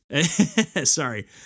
sorry